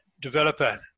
developer